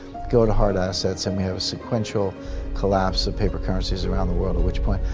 go to hard assets, and we have a sequential collapse of paper currencies around the world at which point,